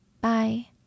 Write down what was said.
Bye